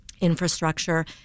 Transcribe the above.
infrastructure